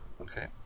Okay